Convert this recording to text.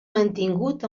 mantingut